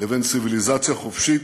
לבין ציוויליזציה חופשית,